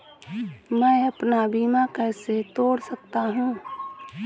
मैं अपना बीमा कैसे तोड़ सकता हूँ?